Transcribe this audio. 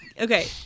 Okay